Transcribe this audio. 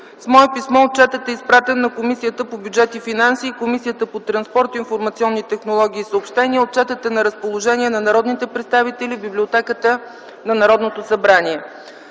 С мое писмо отчетът е изпратен на Комисията по бюджет и финанси и Комисията по транспорт, информационни технологии и съобщения. Отчетът е на разположение на народните представители в библиотеката на Народното събрание.